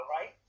right